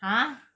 !huh!